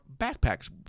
backpacks